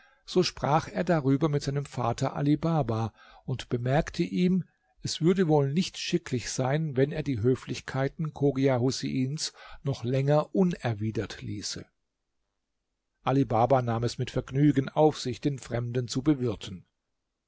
so sprach er darüber mit seinem vater ali baba und bemerkte ihm es würde wohl nicht schicklich sein wenn er die höflichkeiten chogia huseins noch länger unerwidert ließe ali baba nahm es mit vergnügen auf sich den fremden zu bewirten